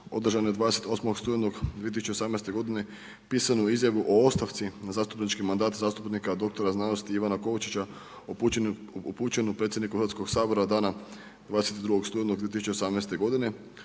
održanoj 28. studenog 2018. pisanu izjavu o ostavci na zastupnički mandat zastupnika dr.sc. Ivana Kovačića upućenu predsjedniku Hrvatskog sabora dana 22. studenoga 2018. godine.